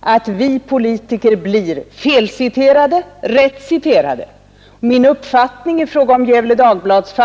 att vi politiker blir fel citerade och rätt citerade. Sin egen uppfattning för man till torgs var som helst, men någon annans uppfattning får man däremot inte referera efter interna överläggningar.